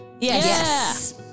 yes